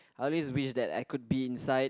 I always wish that I could be inside